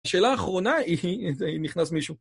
השאלה האחרונה היא, אם נכנס מישהו.